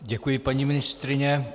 Děkuji paní ministryni.